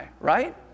right